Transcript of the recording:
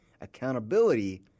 accountability